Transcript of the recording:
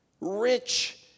Rich